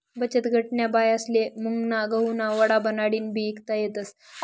बचतगटन्या बायास्ले मुंगना गहुना वडा बनाडीन बी ईकता येतस